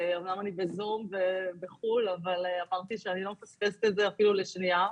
אמנם אני בזום ובחו"ל אבל אמרתי שאני לא מפספסת את זה אפילו לשנייה.